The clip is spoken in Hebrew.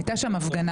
הייתה שם הפגנה.